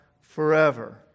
forever